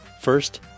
First